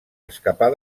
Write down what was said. escapar